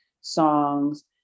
songs